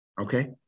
Okay